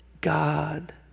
God